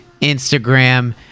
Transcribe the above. Instagram